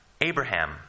Abraham